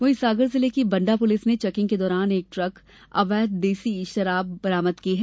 वहीं सागर जिले की बण्डा पुलिस ने चैकिंग के दौरान एक ट्रक अवैध देसी शराब बरामद की है